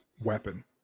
weapon